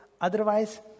Otherwise